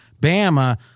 Bama